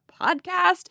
podcast